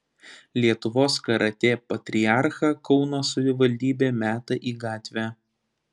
lietuvos karatė patriarchą kauno savivaldybė meta į gatvę